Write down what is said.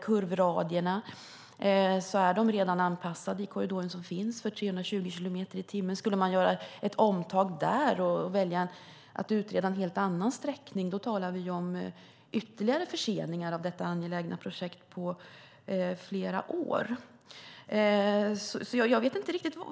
Kurvradierna i den korridor som finns är redan anpassade för 320 kilometer i timmen. Skulle man göra ett omtag där och välja att utreda en helt annan sträckning talar vi om ytterligare förseningar av detta angelägna projekt på flera år.